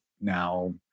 now